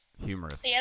humorous